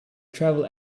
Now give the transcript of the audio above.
travel